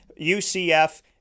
UCF